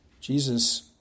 Jesus